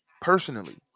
personally